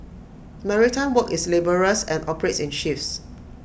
maritime work is laborious and operates in shifts